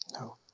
No